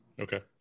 okay